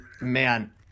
man